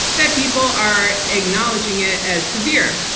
that people are acknowledging it as severe.